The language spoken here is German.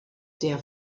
der